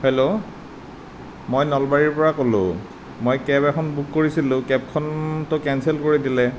hello মই নলবাৰীৰ পৰা ক'লোঁ মই কেৱ এখন বুক কৰিছিলোঁ কেৱখনটো কেনচেল কৰি দিলে